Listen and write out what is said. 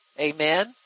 Amen